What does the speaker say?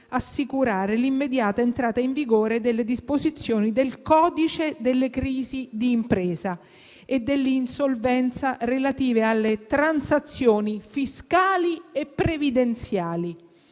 assicurare l'immediata entrata in vigore delle disposizioni del codice della crisi d'impresa e dell'insolvenza relative alle transazioni fiscali e previdenziali.